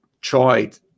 tried